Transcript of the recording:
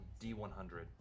D100